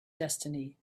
destiny